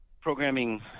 programming